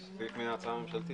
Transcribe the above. תודה.